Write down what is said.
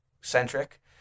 centric